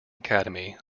academy